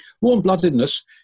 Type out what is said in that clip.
Warm-bloodedness